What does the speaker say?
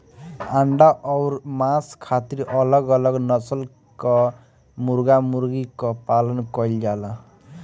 अंडा अउर मांस खातिर अलग अलग नसल कअ मुर्गा मुर्गी कअ पालन कइल जाला